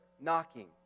knocking